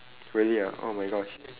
really ah oh my gosh